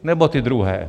Nebo ty druhé?